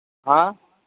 ہاں